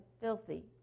filthy